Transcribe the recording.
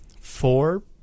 four